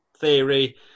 theory